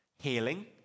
healing